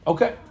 Okay